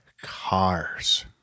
cars